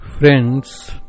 Friends